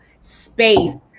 space